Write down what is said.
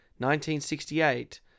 1968